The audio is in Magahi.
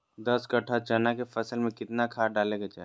दस कट्ठा चना के फसल में कितना खाद डालें के चाहि?